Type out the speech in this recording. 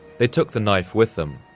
they took the knife with them.